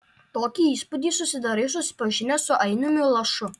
tokį įspūdį susidarai susipažinęs su ainiumi lašu